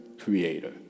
creator